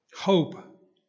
Hope